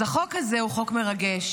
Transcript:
אז החוק הזה הוא חוק מרגש,